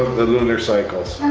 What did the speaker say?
the lunar cycles.